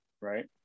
right